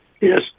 Yes